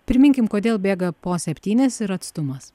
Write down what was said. priminkim kodėl bėga po septynis ir atstumas